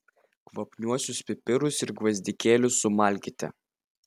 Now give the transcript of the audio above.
kvapniuosius pipirus ir gvazdikėlius sumalkite